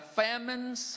famines